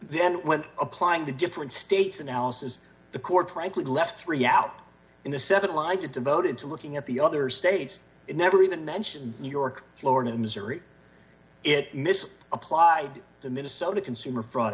then when applying to different states analysis the court frankly left three out in the seven lives it devoted to looking at the other states it never even mentioned new york florida missouri it mis applied the minnesota consumer fraud